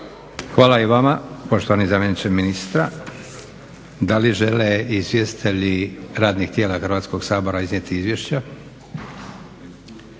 Hvala i vama, poštovani zamjeniče ministra. Da li žele izvjestitelji radnih tijela Hrvatskog sabora iznijeti izvješće?